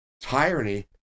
tyranny